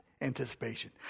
anticipation